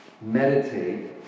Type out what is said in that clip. meditate